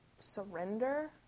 surrender